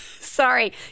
Sorry